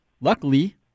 Luckily-